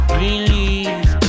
release